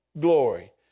Glory